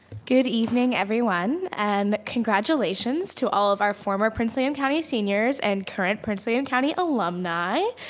good evening, everyone. and congratulations to all of our former prince william county seniors and current prince william county alumni.